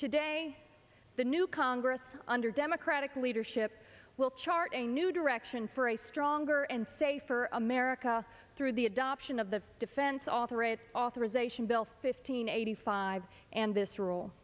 today the new congress under democratic leadership will chart a new direction for a stronger and safer america through the adoption of the defense author it authorization bill fifteen eighty five and this role